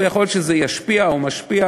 ויכול להיות שזה ישפיע או משפיע,